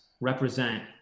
represent